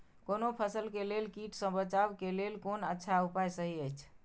कोनो फसल के लेल कीट सँ बचाव के लेल कोन अच्छा उपाय सहि अछि?